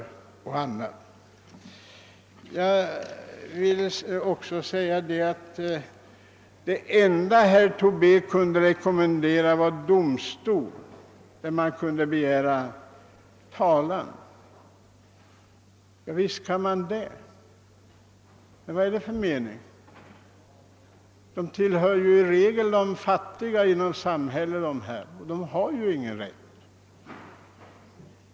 Det enda herr Tobé kunde rekommendera var att man kunde väcka talan vid domstol. Visst kan man göra det, men vad är det för mening med det? De berörda personerna tillhör i regel de fattiga i samhället, och de har ingen rätt.